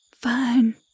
Fine